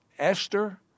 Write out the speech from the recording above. Esther